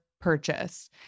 purchase